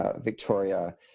Victoria